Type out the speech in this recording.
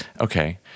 Okay